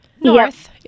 North